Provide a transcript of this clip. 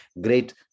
great